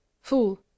Fool